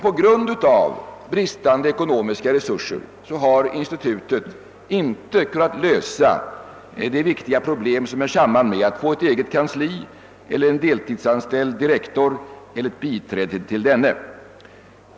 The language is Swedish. På grund av bristande ekonomiska resurser har institutet inte kunnat lösa de viktiga problem som hör samman med att få ett eget kansli, en deltidsanställd direktor och ett biträde till denne.